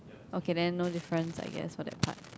okay then no difference I guess for that part